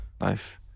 Life